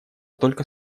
только